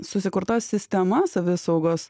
susikurta sistema savisaugos